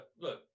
look